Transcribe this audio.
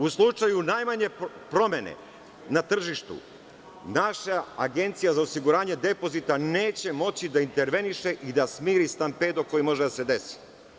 U slučaju najmanje promene na tržištu, naša Agencija za osiguranje depozita neće moći da interveniše i da smiri stampedo koji može da se desi.